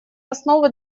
основу